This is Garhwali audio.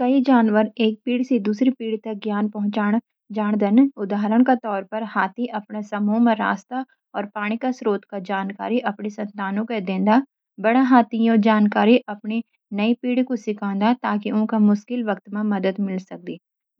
हां, कई जानवर एक पीढ़ी से दूसरी पीढ़ी तक ज्ञान पहुँचाणा जाणदन। उदाहरण का तौर पर, हाथी अपने समूह मा रास्ता और पानी का स्रोत का जानकारी अपनी संतानों कूण देणदा। बड़ैं हाथी यो जानकारी अपनी नई पीढ़ी कूण सिखाण्दा, ताकि उन्का मुश्किल वक्त मा मदद मिल सक्दि।